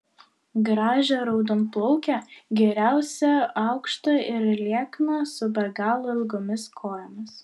gražią raudonplaukę geriausia aukštą ir liekną su be galo ilgomis kojomis